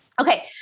Okay